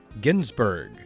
Ginsburg